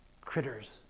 critters